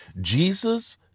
Jesus